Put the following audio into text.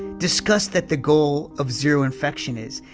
discuss that the goal of zero infection is,